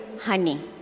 honey